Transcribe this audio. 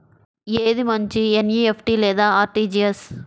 ఏది మంచి ఎన్.ఈ.ఎఫ్.టీ లేదా అర్.టీ.జీ.ఎస్?